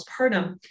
postpartum